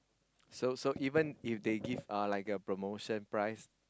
so even if they give a promotion price